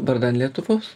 vardan lietuvos